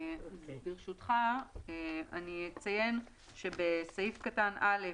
אציין שבסעיף קטן (א)